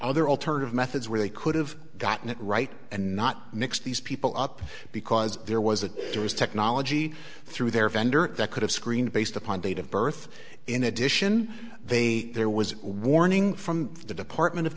other alternative methods where they could have gotten it right and not mix these people up because there was a there was technology through their vendor that could have screen based upon date of birth in addition they there was a warning from the department of